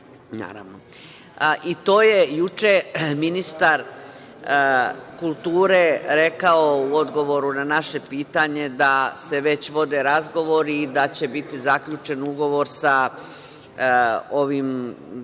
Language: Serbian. Hankea i to je juče ministar kulture rekao u odgovoru na naše pitanje da se već vode razgovori i da će biti zaključen ugovor sa